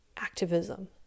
Activism